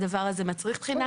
הדבר הזה מצריך בחינה.